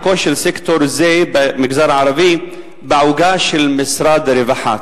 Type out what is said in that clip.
חלקו של סקטור זה במגזר הערבי בעוגה של משרד הרווחה?